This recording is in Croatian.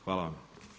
Hvala vam.